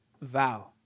vow